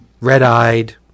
Red-eyed